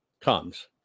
comes